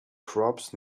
crops